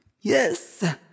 Yes